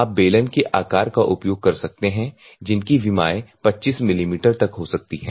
आप बेलन के आकार का उपयोग कर सकते हैं जिनकी विमाएं 25 मिलीमीटर तक हो सकती हैं